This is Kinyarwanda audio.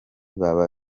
baba